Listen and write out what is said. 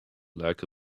like